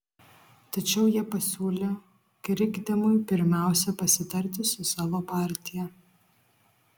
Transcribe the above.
tačiau jie pasiūlė krikdemui pirmiausia pasitarti su savo partija